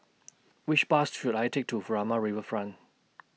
Which Bus should I Take to Furama Riverfront